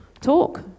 talk